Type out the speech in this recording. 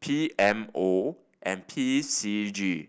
P M O and P C G